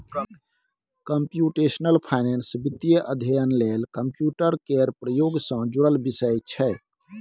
computational finance वित्तीय अध्ययन लेल कंप्यूटर केर प्रयोग सँ जुड़ल विषय छै